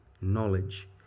Knowledge